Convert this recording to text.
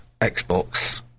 Xbox